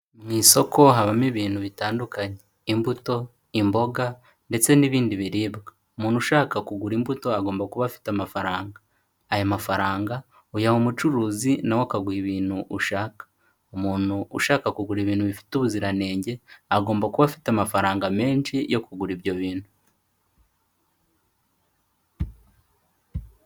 Mu isoko habamo ibintu bitandukanye; imbuto, imboga ndetse n'ibindi biribwa. Umuntu ushaka kugura imbuto, agomba kuba afite amafaranga. Aya mafaranga uyaha umucuruzi na we akaguha ibintu ushaka. Umuntu ushaka kugura ibintu bifite ubuziranenge, agomba kuba afite amafaranga menshi yo kugura ibyo bintu.